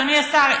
אדוני השר,